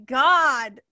god